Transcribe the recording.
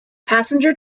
passenger